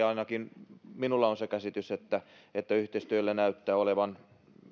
ainakin minulla on se käsitys että että yhteistyöllä näyttää olevan